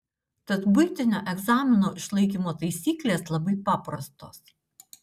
tad buitinio egzamino išlaikymo taisyklės labai paprastos